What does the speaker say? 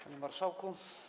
Panie Marszałku!